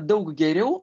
daug geriau